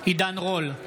עידן רול,